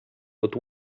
but